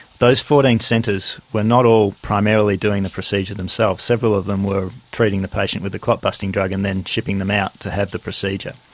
those fourteen centres were not all primarily doing the procedure themselves. several of them were treating the patient with the clot busting drug and then shipping them out to have the procedure.